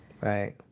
Right